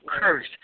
curse